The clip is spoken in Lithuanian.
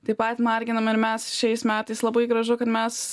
taip pat marginam ir mes šiais metais labai gražu kad mes